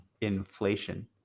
Inflation